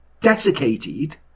desiccated